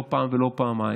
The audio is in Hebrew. לא פעם ולא פעמיים,